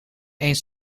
eens